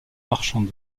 marchande